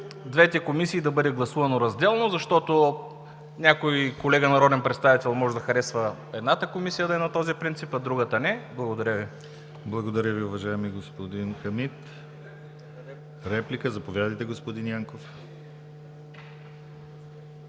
двете комисии да бъде гласувано разделно, защото някой колега народен представител може да харесва работата едната комисия, да е на този принцип, а на другата ¬ не. Благодаря Ви. Благодаря Ви, уважаеми господин Хамид. Заповядайте, господин Янков.